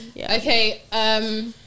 Okay